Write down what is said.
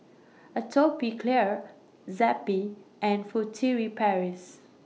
Atopiclair Zappy and Furtere Paris